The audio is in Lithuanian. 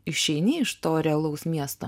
išeini iš to realaus miesto